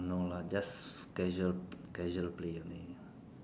no lah just casual casual play only